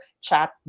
chat